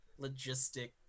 logistic